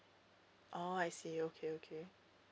oh I see okay okay